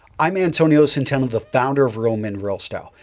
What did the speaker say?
i'm antonio centeno, the founder of real men real style.